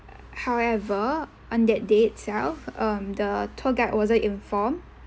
however on that day itself um the tour guide wasn't informed